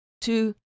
Two